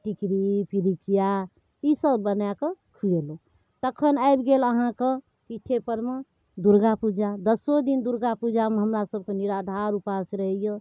टिकरी पिरुकिआ ईसब बनाकऽ खुएलहुँ तखन आबि गेल अहाँके पिट्ठेपरमे दुर्गापूजा दसो दिन दुर्गापूजामे हमरासभके निराधार उपास रहैए